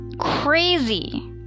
Crazy